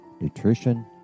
nutrition